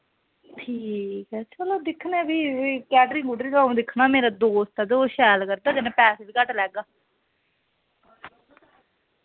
ठीक ऐ चलो दिक्खने आं फ्ही कैटरिंग कूटरिंग दा हून दिक्खना मेरा दोस्त ऐ ते ओह् शैल करदा कन्नै पैसे बी घट्ट लैगा